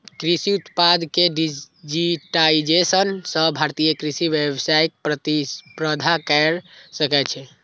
कृषि उत्पाद के डिजिटाइजेशन सं भारतीय कृषि वैश्विक प्रतिस्पर्धा कैर सकै छै